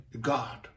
God